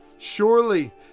Surely